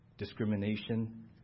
discrimination